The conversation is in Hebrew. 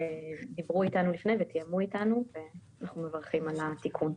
דיברו איתנו לפני ותיאמו איתנו ואנחנו מברכים על התיקון.